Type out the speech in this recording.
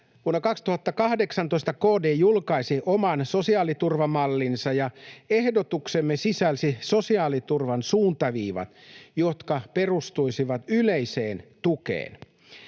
Vuonna 2018 KD julkaisi oman sosiaaliturvamallinsa, ja ehdotuksemme sisälsi sosiaaliturvan suuntaviivat, jotka perustuisivat yleiseen tukeen.